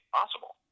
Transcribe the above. possible